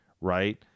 right